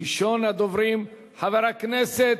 הצעות מס' 8503,